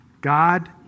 God